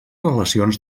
relacions